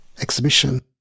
exhibition